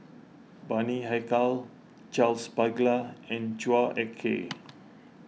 Bani Haykal Charles Paglar and Chua Ek Kay